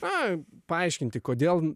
ką paaiškinti kodėl